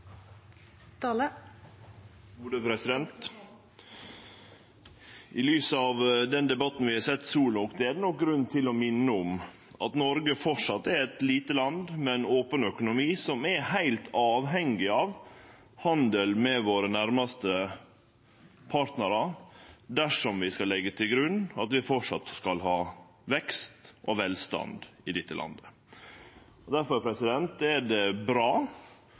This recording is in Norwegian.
eit lite land med ein open økonomi, som er heilt avhengig av handel med våre nærmaste partnarar dersom vi skal leggje til grunn at vi framleis skal ha vekst og velstand i dette landet. Difor er det bra at Arbeidarpartiet så klart står opp for EØS-avtalen også i dagens debatt. I lys av innlegga til opposisjonen elles hittil er det